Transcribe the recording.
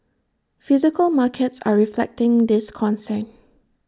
physical markets are reflecting this concern